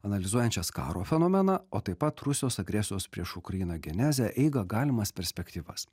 analizuojančias karo fenomeną o taip pat rusijos agresijos prieš ukrainą genezę eigą galimas perspektyvas